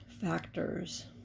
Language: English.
factors